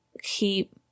keep